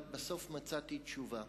אבל בסוף מצאתי תשובה.